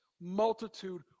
multitude